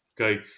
okay